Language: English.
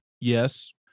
Yes